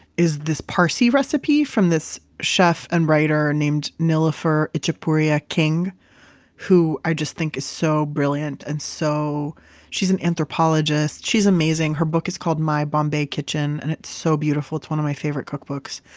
is this parsi recipe from this chef and writer named niloufer ichaporia-king who i just think is so brilliant and so she's an anthropologist. she's amazing her book is called my bombay kitchen. and it's so beautiful. it's one of my favorite cookbooks.